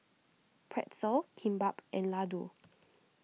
Pretzel Kimbap and Ladoo